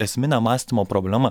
esminė mąstymo problema